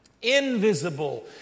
invisible